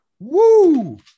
Woo